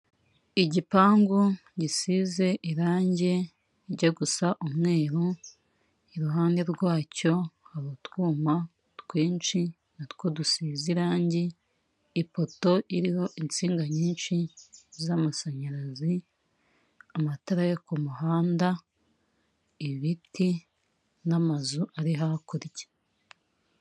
Igipangu gisize irangi rirya gusa umweru, iruhande rwacyo hari utwuma twinshi natwo dusize irangi, ipoto iriho insinga nyinshi z'amashanyarazi, amatara yo ku muhanda, ibiti n'amazu ari hakurya.